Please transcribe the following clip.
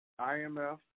IMF